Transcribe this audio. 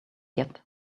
yet